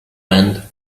end